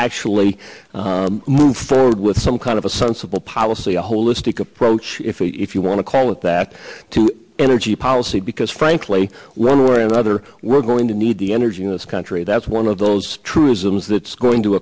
actually move forward with some kind of a sensible policy a holistic approach if you want to call it that to energy policy because frankly one or another we're going to need the energy in this country that's one of those truisms that's going to